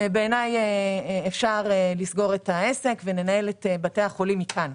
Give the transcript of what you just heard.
בעיניי אפשר לסגור את העסק ולנהל את בתי החולים כאן.